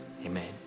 Amen